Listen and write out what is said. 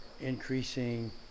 increasing